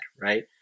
right